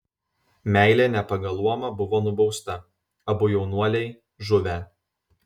meilė ne pagal luomą buvo nubausta abu jaunuoliai žuvę